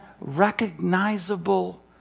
recognizable